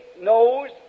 knows